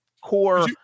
core –